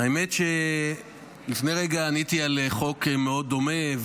האמת היא שלפני רגע עניתי על חוק מאוד דומה,